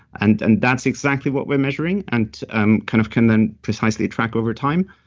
and and that's exactly what we're measuring and and kind of can then precisely track over time.